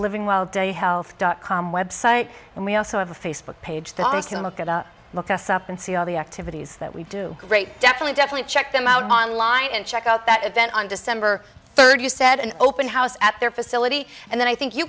living wild day health dot com website and we also have a facebook page that i'm still look at look us up and see all the activities that we do great definitely definitely check them out online and check out that event on december third you said an open house at their facility and then i think you